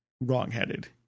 wrongheaded